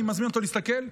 אני מזמין אותו להסתכל,